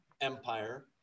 empire